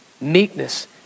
meekness